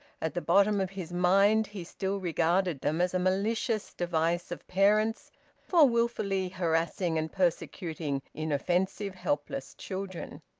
at the bottom of his mind he still regarded them as a malicious device of parents for wilfully harassing and persecuting inoffensive, helpless children.